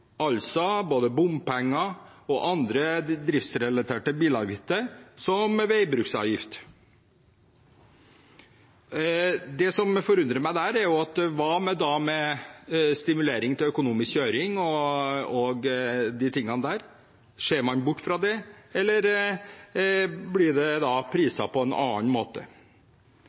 både bompenger og andre driftsrelaterte bilavgifter, som veibruksavgift. Det som forundrer meg der, er: Hva da med stimulering til økonomisk kjøring og disse tingene? Ser man bort fra det, eller blir det da priset på en annen måte?